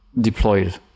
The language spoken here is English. deployed